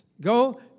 Go